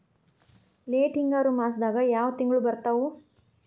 Late ಹಿಂಗಾರು ಮಾಸದಾಗ ಯಾವ್ ತಿಂಗ್ಳು ಬರ್ತಾವು?